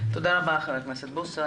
תודה רבה ח"כ בוסו.